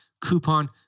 coupon